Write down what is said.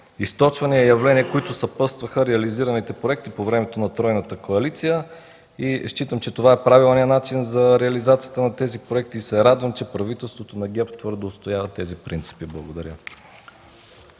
източване, явления, които съпътстваха реализираните проекти по време на тройната коалиция. Считам, че това е правилният начин за реализацията на тези проекти и се радвам, че правителството на ГЕРБ твърдо отстоява тези принципи. Благодаря.